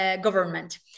government